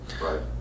Right